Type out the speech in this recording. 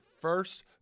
first